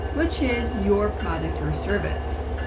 which is your product or service.